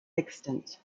extant